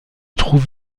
trouve